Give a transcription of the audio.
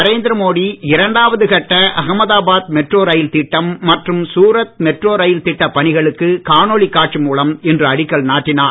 நரேந்திர மோடி இரண்டாவது கட்ட Ahmedabad metro rail திட்டம் மற்றும் சூரத் மெட்ரோ ரயில் திட்டப்பணிகளுக்கு காணொளி காட்சி மூலம் இன்று அடிக்கல் நாட்டினார்